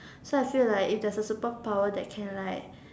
so I feel like if there's a superpower that can like